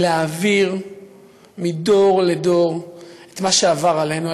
היא להעביר מדור לדור את מה שעבר עלינו,